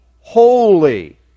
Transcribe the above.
holy